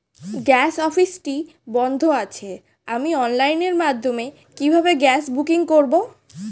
Gas অফিসটি বন্ধ আছে আমি অনলাইনের মাধ্যমে কিভাবে গ্যাস বুকিং করব?